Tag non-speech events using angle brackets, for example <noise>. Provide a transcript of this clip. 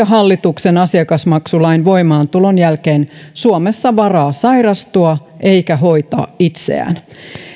<unintelligible> hallituksen asiakasmaksulain voimaantulon jälkeen suomessa varaa sairastua eikä hoitaa itseään